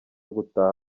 gutaha